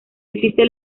existe